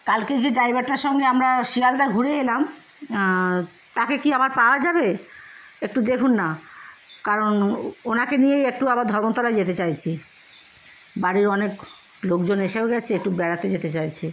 কালকে যে ড্রাইভারটার সঙ্গে আমরা শিয়ালদা ঘুরে এলাম তাকে কি আবার পাওয়া যাবে একটু দেখুন না কারণ ওনাকে নিয়েই একটু আবার ধর্মতলায় যেতে চাইছি বাড়ির অনেক লোকজন এসেও গিয়েছে একটু বেড়াতে যেতে চাইছি